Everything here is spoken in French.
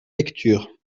lecture